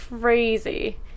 crazy